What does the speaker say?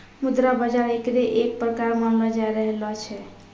मुद्रा बाजार एकरे एक प्रकार मानलो जाय रहलो छै